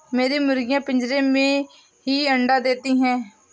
मेरी मुर्गियां पिंजरे में ही अंडा देती हैं